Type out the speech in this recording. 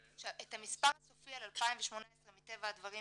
את המספר הסופי על 2018 מטבע הדברים,